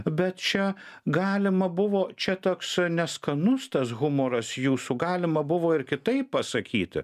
bet čia galima buvo čia toks neskanus tas humoras jūsų galima buvo ir kitaip pasakyti